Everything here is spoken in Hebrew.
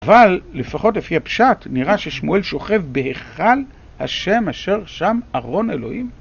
אבל, לפחות לפי הפשט, נראה ששמואל שוכב בהיכל השם אשר שם ארון אלוהים.